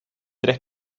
tres